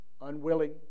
unwilling